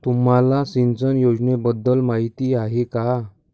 तुम्हाला सिंचन योजनेबद्दल माहिती आहे का?